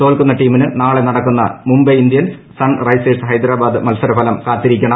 തോൽക്കുന്ന ടീമിന് നാളെ നടക്കുന്ന മുംബൈ ജന്ത്യൻസ് സൺറൈസേഴ്സ് ഹൈദരാബാദ് മത്സരഫല്റ് ക്ലാ്ത്തിരിക്കണം